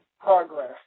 progress